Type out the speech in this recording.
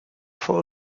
for